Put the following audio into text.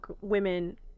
women